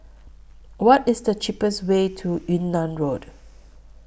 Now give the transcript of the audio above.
What IS The cheapest Way to Yunnan Road